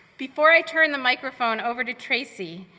before i turn the microphone over to tracy,